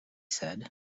said